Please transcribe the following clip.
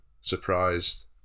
surprised